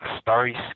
starry